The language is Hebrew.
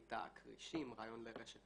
בתכנית הכרישים, רעיון לרשת